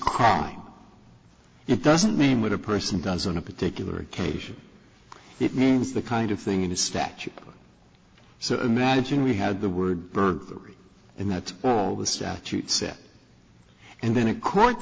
crime it doesn't mean what a person does on a particular occasion it means the kind of thing in a statute so imagine we had the word burglary and that all the statute said and then a court